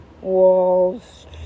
walls